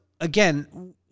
again